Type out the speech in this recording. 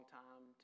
time